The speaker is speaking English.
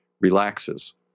relaxes